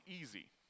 easy